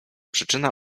przyczyna